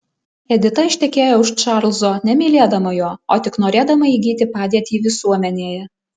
edita ištekėjo už čarlzo nemylėdama jo o tik norėdama įgyti padėtį visuomenėje